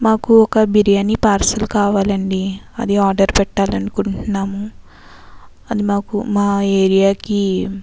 మాకు ఒక బిర్యానీ పార్సిల్ కావాలండి అది ఆర్డర్ పెట్టాలనుకుంటున్నాము అది మాకు మా ఏరియా కి